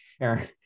Aaron